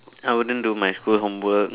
I wouldn't do my school homework